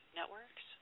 networks